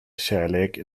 kärlek